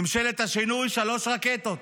ממשלת השינוי, שלוש רקטות.